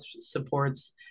supports